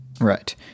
Right